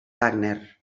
wagner